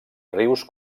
rius